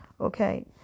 Okay